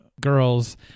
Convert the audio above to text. girls